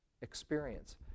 experience